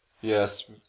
Yes